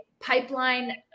pipeline